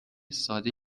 ساده